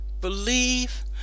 believe